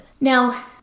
Now